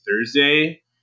Thursday